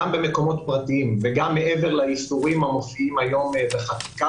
גם במקומות פרטיים ובמקומות שמופיעים בחקיקה